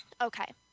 okay